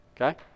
okay